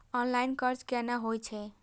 Online कर्ज केना होई छै?